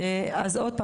ולכן?